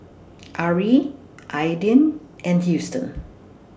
Arrie Aydin and Huston